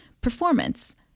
performance